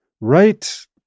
right